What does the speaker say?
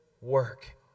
work